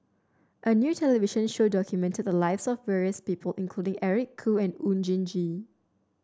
a new television show documented the lives of various people including Eric Khoo and Oon Jin Gee